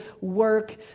work